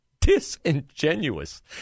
disingenuous